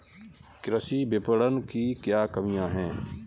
कृषि विपणन की क्या कमियाँ हैं?